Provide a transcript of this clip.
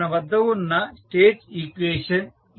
మన వద్ద ఉన్న స్టేట్ ఈక్వేషన్ ఇదే